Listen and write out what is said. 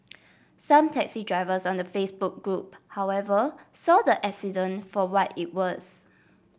some taxi drivers on the Facebook group however saw the accident for what it was